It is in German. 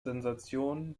sensation